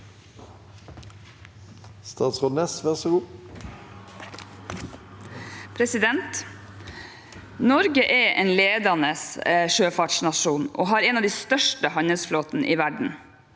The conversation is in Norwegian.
Nor- ge er en ledende sjøfartsnasjon og har en av de største handelsflåtene i verden.